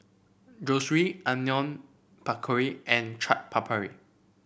Zosui Onion Pakora and Chaat Papri